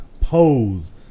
Pose